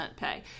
pay